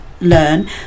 learn